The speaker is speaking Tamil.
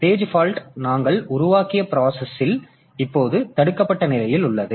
மேலும் பேஜ் பால்ட் நாங்கள் உருவாக்கிய ப்ராசஸ் இப்போது தடுக்கப்பட்ட நிலையில் உள்ளது